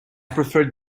prefer